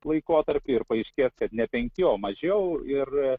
laikotarpį ir paaiškės kad ne penki o mažiau ir